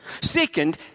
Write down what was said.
Second